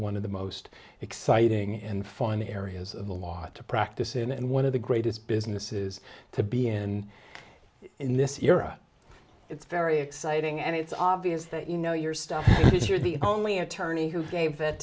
one of the most exciting and fun areas of the law to practice in and one of the greatest businesses to be in in this era it's very exciting and it's obvious that you know your stuff is you're the only attorney